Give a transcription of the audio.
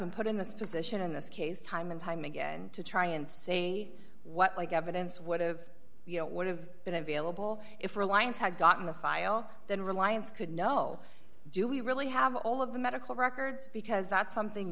been put in this position in this case time and time again to try and say what like evidence what have you know would have been available if reliance had gotten the file then reliance could know do we really have all of the medical records because that's something